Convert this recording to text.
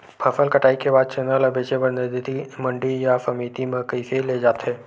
फसल कटाई के बाद चना ला बेचे बर नजदीकी मंडी या समिति मा कइसे ले जाथे?